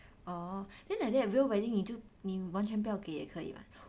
orh then like that real wedding 你就你完全不要给也可以 [what]